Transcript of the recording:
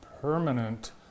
permanent